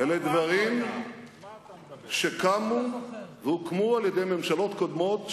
אלה דברים שקמו והוקמו על-ידי ממשלות קודמות,